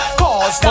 cause